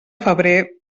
febrer